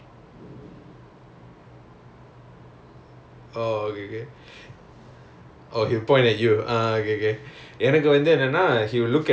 I I didn't he didn't really call him by my name before he'll like you know